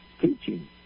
teaching